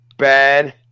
bad